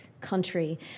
country